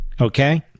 okay